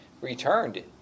returned